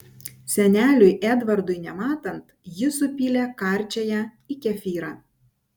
seneliui edvardui nematant ji supylė karčiąją į kefyrą